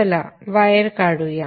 चला वायर काढूया